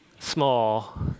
small